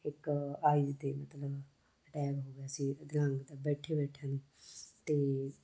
ਇੱਕ ਆਈਜ 'ਤੇ ਮਤਲਬ ਅਟੈਕ ਹੋ ਗਿਆ ਸੀ ਅਧਰੰਗ ਦਾ ਬੈਠੇ ਬੈਠਿਆ ਨੂੰ ਅਤੇ